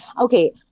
okay